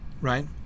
right